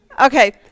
Okay